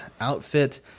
outfit